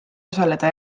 osaleda